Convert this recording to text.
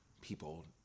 people